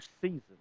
season